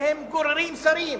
שהם גוררים שרים.